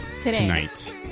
tonight